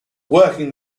working